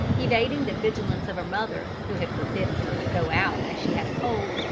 evading the vigilance of her mother, who had forbidden her to go out as she had a cold,